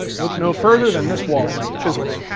look no further than this wall. chisels,